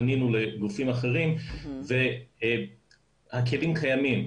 פנינו לגופים אחרים והכלים קיימים.